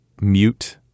mute